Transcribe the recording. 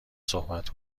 صحبت